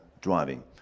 driving